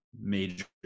major